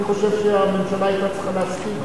אני חושב שהממשלה היתה צריכה להסכים.